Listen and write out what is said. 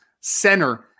center